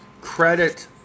credit